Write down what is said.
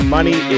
Money